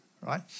right